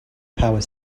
power